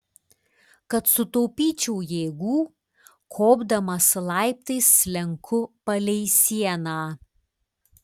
kad sutaupyčiau jėgų kopdamas laiptais slenku palei sieną